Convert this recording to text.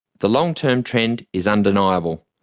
the long-term trend is undeniable.